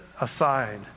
aside